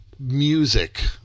music